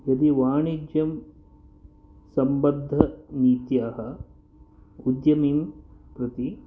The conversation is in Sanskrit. यदि वाणिज्यं सम्बद्धनीत्याः उद्यमिन् प्रति